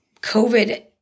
COVID